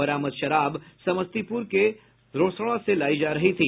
बरामद शराब समस्तीपुर के रोसड़ा से लायी जा रही थी